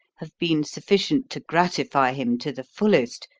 have been sufficient to gratify him to the fullest,